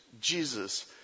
Jesus